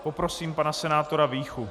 Poprosím pana senátora Víchu.